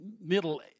middle